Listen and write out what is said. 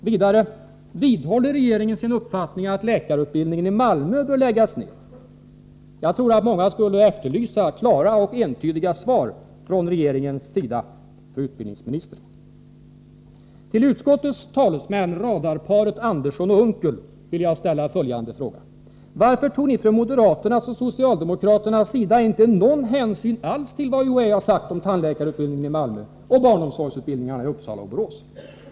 Vidare: Vidhåller regeringen sin uppfattning att läkarutbildningen i Malmö bör läggas ner? Jag tror att många efterlyser klara och entydiga svar från regeringens sida, fru utbildningsminister. Till utskottets talesmän, radarparet Andersson och Unckel, vill jag ställa följande fråga: Varför tog ni från moderaternas och socialdemokraternas sida inte någon hänsyn alls till vad UHÄ har sagt om tandläkarutbildningen i Malmö och barnomsorgsutbildningarna i Uppsala och Borås?